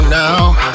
now